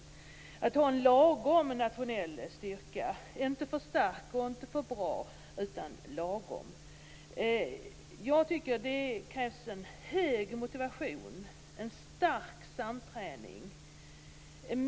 Vi skall ha en lagom nationell styrka, inte för stark och inte för bra utan lagom. Jag tycker att det krävs en hög motivation och en stark samträning.